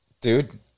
Dude